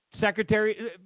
Secretary